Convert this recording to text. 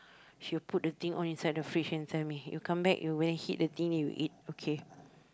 she will put the thing all inside the fridge and tell me you come back you go and heat the thing and you eat okay